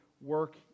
work